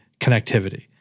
connectivity